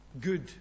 good